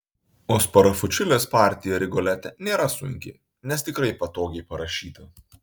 o sparafučilės partija rigolete nėra sunki nes tikrai patogiai parašyta